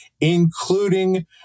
including